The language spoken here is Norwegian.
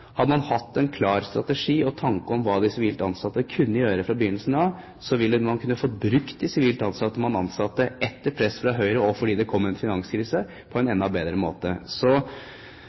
Hadde man hatt en klar strategi og tanke om hva de sivilt ansatte kunne gjøre, fra begynnelsen av, ville man fått brukt de sivilt ansatte, som man ansatte etter press fra Høyre – og fordi det kom en finanskrise – på en enda bedre måte.